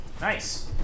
Nice